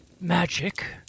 magic